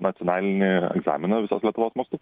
nacionalinį egzaminą visos lietuvos mastu